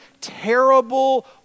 terrible